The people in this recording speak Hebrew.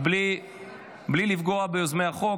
בלי לפגוע ביוזמי החוק,